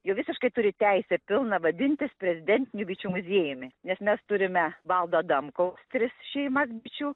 jau visiškai turi teisę pilna vadintis prezidentiniu bičių muziejumi nes mes turime valdo adamkaus tris šeimas bičių